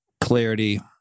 clarity